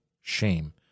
shame